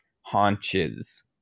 haunches